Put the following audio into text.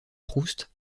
proust